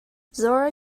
zora